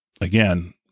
Again